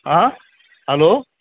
हाँ हेलो